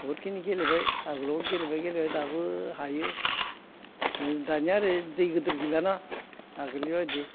बहुद खिनि गेलेबाय आगोलाव गेलेबाय गेलेबाय दाबो हायो दानिया ओरै दै गिदिर गैलाना आगोलनि बायदि